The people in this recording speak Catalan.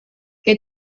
que